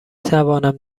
توانم